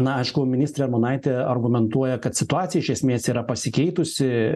na aišku ministrė armonaitė argumentuoja kad situacija iš esmės yra pasikeitusi